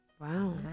wow